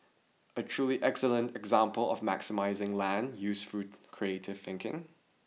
a truly excellent example of maximising land use through creative thinking